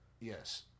Yes